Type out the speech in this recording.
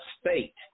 state